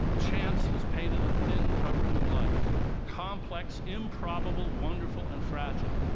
chance has painted a thin covering of life complex, improbable, wonderful and fragile.